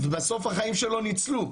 ובסוף החיים שלו ניצלו.